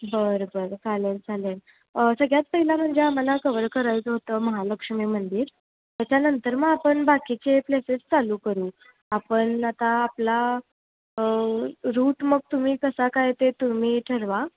बरं बरं चालेल चालेल सगळ्यात पहिला म्हणजे आम्हाला कवर करायचं होतं महालक्ष्मी मंदिर त्याच्यानंतर मग आपण बाकीचे प्लेसेस चालू करू आपण आता आपला रूट मग तुम्ही कसा काय ते तुम्ही ठरवा